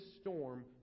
storm